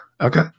Okay